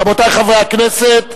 רבותי חברי הכנסת,